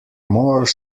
more